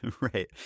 right